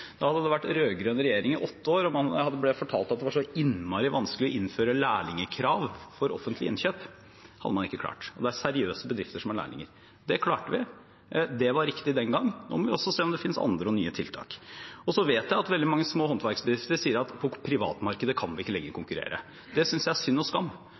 Da hadde det vært rød-grønn regjering i åtte år, og man ble fortalt at det var så innmari vanskelig å innføre lærlingkrav for offentlige innkjøp. Det hadde man ikke klart – og det er seriøse bedrifter som har lærlinger. Det klarte vi. Det var riktig den gangen; nå må vi se om det finnes andre og nye tiltak. Så vet jeg at veldig mange små håndverksbedrifter sier at de ikke lenger kan konkurrere på privatmarkedet. Det synes jeg er synd og skam,